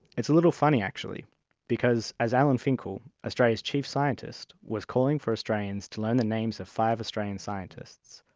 it's a little funny actually because, as alan finkel, australia's chief scientist, was calling for australians to learn the names of five australian scientists,